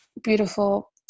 beautiful